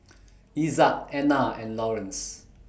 Ezzard Ana and Lawerence